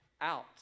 out